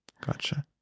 gotcha